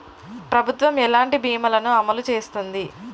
ప్రభుత్వం ఎలాంటి బీమా ల ను అమలు చేస్తుంది?